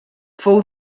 fou